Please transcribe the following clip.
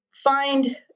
find